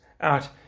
out